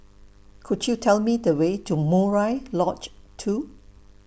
Could YOU Tell Me The Way to Murai Lodge two